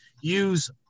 use